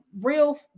real